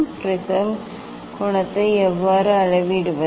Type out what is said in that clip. ப்ரிஸத்தின் கோணத்தை எவ்வாறு அளவிடுவது